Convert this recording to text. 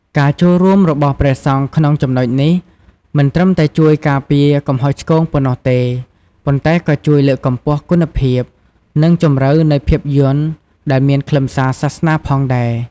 ការចូលរួមរបស់ព្រះសង្ឃក្នុងចំណុចនេះ មិនត្រឹមតែជួយការពារកំហុសឆ្គងប៉ុណ្ណោះទេ ប៉ុន្តែក៏ជួយលើកកម្ពស់គុណភាព និងជម្រៅនៃភាពយន្ត ដែលមានខ្លឹមសារសាសនាផងដែរ។